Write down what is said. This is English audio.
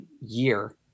year